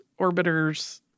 orbiters